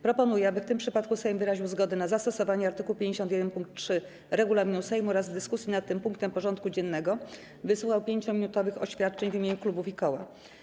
Proponuję, aby w tym przypadku Sejm wyraził zgodę na zastosowanie art. 51 pkt 3 regulaminu Sejmu oraz w dyskusji nad tym punktem porządku dziennego wysłuchał 5-minutowych oświadczeń w imieniu klubów i koła.